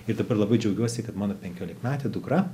gi dabar labai džiaugiuosi kad mano penkiolikmetė dukra